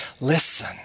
listen